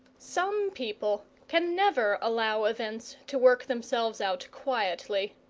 some people can never allow events to work themselves out quietly.